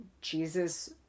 Jesus